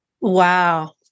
Wow